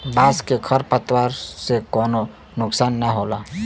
बांस के खर पतवार से कउनो नुकसान ना होला